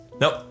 Nope